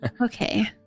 Okay